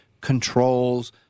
controls